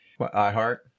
iHeart